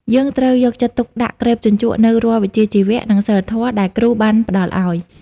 យើងត្រូវយកចិត្តទុកដាក់ក្រេបជញ្ជក់នូវរាល់វិជ្ជាជីវៈ និងសីលធម៌ដែលគ្រូបានផ្តល់ឱ្យ។